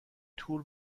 تور